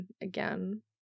again